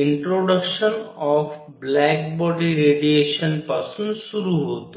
introduction of black body रेडिएशनपासून सुरू होतो